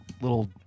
little